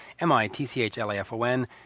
M-I-T-C-H-L-A-F-O-N